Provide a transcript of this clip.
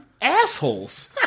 assholes